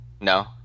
No